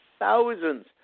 thousands